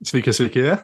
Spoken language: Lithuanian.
sveiki sveiki